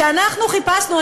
שאנחנו חיפשנו,